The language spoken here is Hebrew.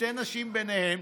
ושתי נשים ביניהם,